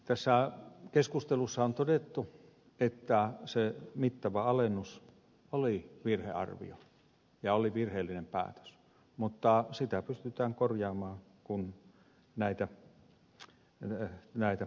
tässä keskustelussa on todettu että se mittava alennus oli virhearvio ja oli virheellinen päätös mutta sitä pystytään korjaamaan kun näitä korotuspäätöksiä tehdään